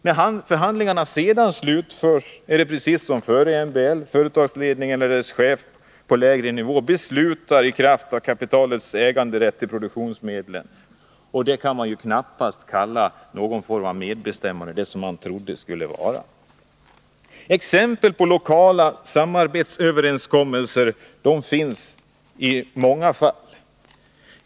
När förhandlingarna slutförts är det precis som före MBL. Företagsledningarna eller deras chefer på lägre nivå beslutar i kraft av kapitalets äganderätt till produktionsmedlen. Det kan man ju knappast kalla för någon form av medbestämmande — som man trodde att det skulle vara. Lokala samarbetsöverenskommelser finns i många fall.